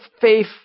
faith